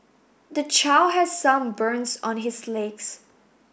the child has some burns on his legs